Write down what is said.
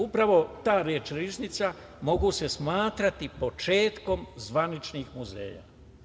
Upravo ta reč „riznica“ može se smatrati početkom zvaničnih muzeja.